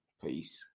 peace